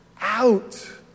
out